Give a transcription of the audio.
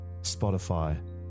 Spotify